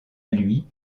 lui